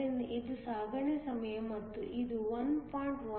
ಆದ್ದರಿಂದ ಇದು ಸಾಗಣೆ ಸಮಯ ಮತ್ತು ಇದು 1